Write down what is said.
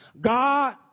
God